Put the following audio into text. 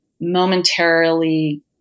momentarily